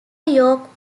york